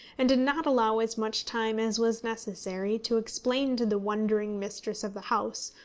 and did not allow as much time as was necessary to explain to the wondering mistress of the house,